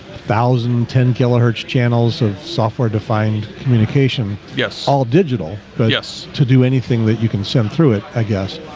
thousand ten kilohertz channels of software-defined communication yes all digital but yes to do anything that you can send through it, i guess